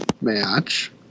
match